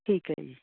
ਠੀਕ ਹੈ ਜੀ